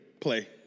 play